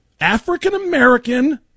African-American